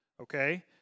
Okay